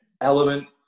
element